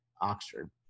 Oxford